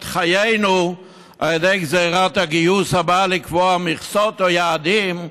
חיינו על ידי גזרת הגיוס הבאה לקבוע מכסות או יעדים,